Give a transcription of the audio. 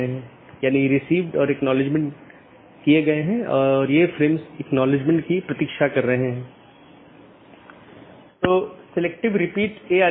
दूसरा अच्छी तरह से ज्ञात विवेकाधीन एट्रिब्यूट है यह विशेषता सभी BGP कार्यान्वयन द्वारा मान्यता प्राप्त होनी चाहिए